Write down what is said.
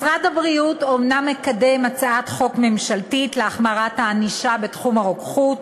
משרד הבריאות אומנם מקדם הצעת חוק ממשלתית להחמרת הענישה בתחום הרוקחות,